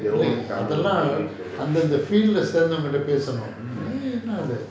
their own tamil degree program